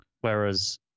whereas